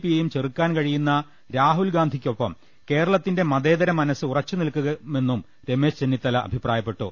പിയെയും ചെറുക്കാൻ കഴിയുന്ന രാഹുൽഗാന്ധിക്കൊപ്പം കേരളത്തിന്റെ മതേത്രം മനസ് ഉറച്ചു നിൽക്കുമെന്നും രമേശ് ചെന്നിത്തല അഭിപ്രായപ്പെട്ടു